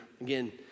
Again